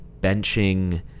benching